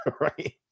right